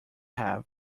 have